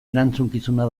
erantzukizuna